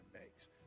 makes